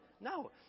No